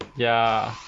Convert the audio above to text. ya